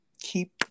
keep